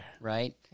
Right